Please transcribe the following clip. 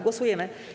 Głosujemy.